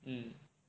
mm